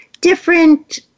different